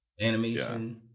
animation